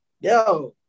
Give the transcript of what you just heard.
Yo